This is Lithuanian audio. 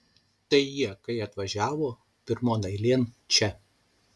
tai jie kai atvažiavo pirmon eilėn čia